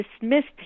dismissed